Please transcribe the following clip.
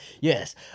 Yes